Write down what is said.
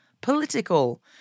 political